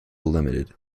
limited